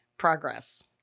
progress